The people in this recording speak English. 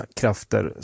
krafter